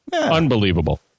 Unbelievable